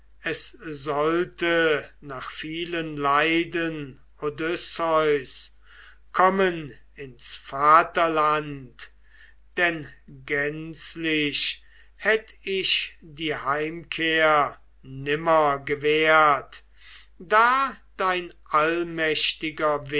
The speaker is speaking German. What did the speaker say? es sollte nach vielen leiden odysseus kommen ins vaterland denn gänzlich hätt ich die heimkehr nimmer gewehrt da dein allmächtiger